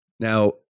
Now